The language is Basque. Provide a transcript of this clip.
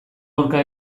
aurka